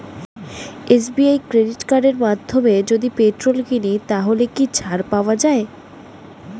SBI credit কার্ডের মাধ্যমে যদি পেট্রোল কিনি তাহলে কি ছাড় পাওয়া যায়?